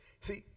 See